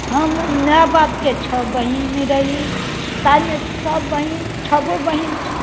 हम माय बापके छओ बहीन रही ताहिमे सभ बहीन छओ बहीन